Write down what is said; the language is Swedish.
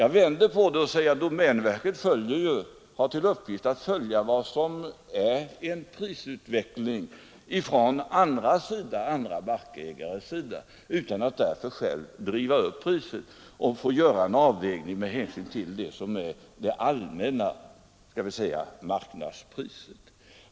Jag vill vända på det hela och säga att domänverket har till uppgift att följa prisutvecklingen från andra markägares sida utan att därför självt driva upp priset. Domänverket får göra en avvägning med hänsyn till, skall vi säga, det allmänna marknadspriset.